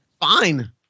fine